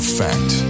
fact